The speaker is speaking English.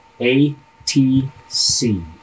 A-T-C